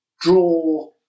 draw